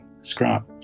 scrap